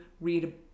read